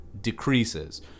decreases